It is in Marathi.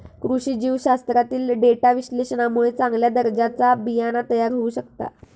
कृषी जीवशास्त्रातील डेटा विश्लेषणामुळे चांगल्या दर्जाचा बियाणा तयार होऊ शकता